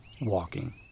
WALKING